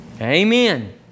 Amen